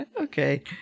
Okay